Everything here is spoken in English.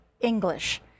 English